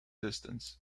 distance